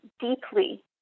deeply